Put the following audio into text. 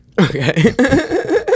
Okay